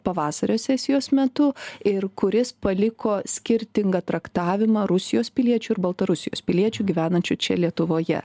pavasario sesijos metu ir kuris paliko skirtingą traktavimą rusijos piliečių ir baltarusijos piliečių gyvenančių čia lietuvoje